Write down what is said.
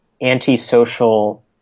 anti-social